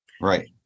Right